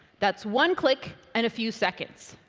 that's one click and a few seconds.